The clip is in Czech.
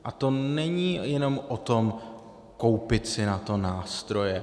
A to není jenom o tom koupit si na to nástroje.